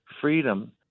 freedom